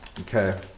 Okay